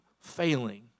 failing